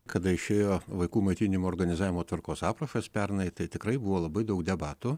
kada išėjo vaikų maitinimo organizavimo tvarkos aprašas pernai tai tikrai buvo labai daug debatų